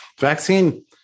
vaccine